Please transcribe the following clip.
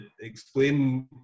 explain